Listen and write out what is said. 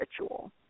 ritual